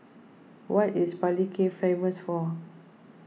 what is Palikir famous for